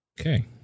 okay